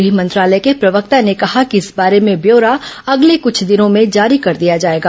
गृह मंत्रालय के प्रवक्ता ने कहा कि इस बारे में ब्यौरा अगले कुछ दिनों में जारी कर दिया जाएगा